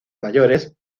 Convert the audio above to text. mayores